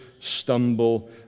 stumble